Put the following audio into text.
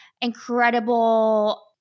incredible